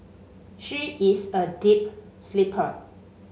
she is a deep sleeper